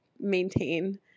maintain